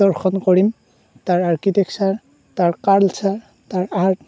দৰ্শন কৰিম তাৰ আৰ্কিটেক্সাৰ তাৰ কালচাৰ তাৰ আৰ্ট